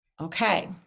Okay